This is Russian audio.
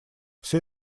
все